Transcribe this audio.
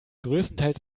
größtenteils